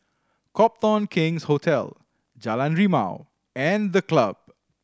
Copthorne King's Hotel Jalan Rimau and The Club